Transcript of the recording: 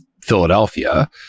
Philadelphia